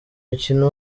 mukino